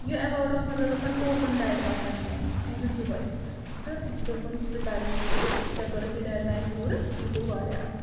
یہِ اٮ۪وٲڈ اوس مطلب آسان کوپُن ٹایپ آسان کینٛہہ أمۍ دیُت یِہوٚے تہٕ دوٚپُن ژٕ کَر یہِ یوٗز ژےٚ کٔرٕتھ یہِ ڈٮ۪ڈ لایِن پوٗرٕ یہِ گوٚو واریاہ اَصٕل